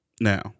Now